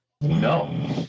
no